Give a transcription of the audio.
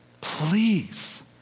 please